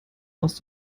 aus